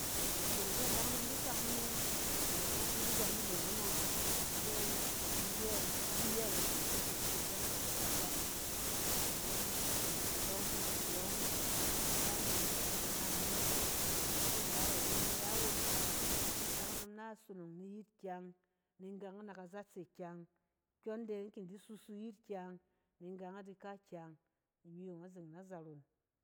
Azeng fɛ adakunom di sak mone, azen ↄng in bi di gang azeng anↄng. in be iyɛ, in bi iyɛ ngash fok kɛ in tin bɛ narↄ kakak ba. Nek anↄng, karↄng fi in di se yↄng ika me yↄng kayet ka naming. In tsin rat awon, in ra won fok ɛ adakunom na sonong ni yit kyang, ni ri gang yit na kazatse kyang. kyↄn de in kin di susu yit kyang, kyↄn de in kin di susu yit kyang, ni in gang yit kyang. Imi yong azeng na zaron.